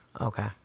Okay